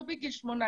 לא בגיל 18